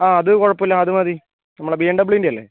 ആ അത് കുഴപ്പമില്ല അതുമതി നമ്മുടെ ബി എം ഡബ്ള്യുൻ്റെയല്ലേ